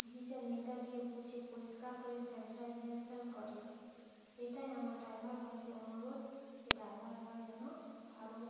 ভিজে ন্যাকরা দিয়ে মুছে পরিষ্কার করে স্যানিটাইজেশন করে এটাই আমার ড্রাইভার ভাইকে অনুরোধ যে ড্রাইভার ভাই যেন ভালো